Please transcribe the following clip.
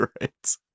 Right